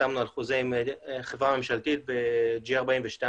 חתמנו חוזה עם חברה ממשלתית ב-G42,